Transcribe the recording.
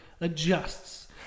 adjusts